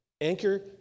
Anchor